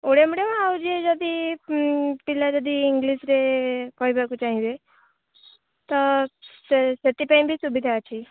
Odia medium ଆଉ ଯିଏ ଯଦି ପିଲା ଯଦି ଇଂଗ୍ଲିଶ୍ରେ କହିବାକୁ ଚାହିଁବେ ତ ସେଥିପାଇଁ ବି ସୁବିଧା ଅଛି